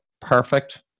perfect